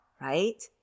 right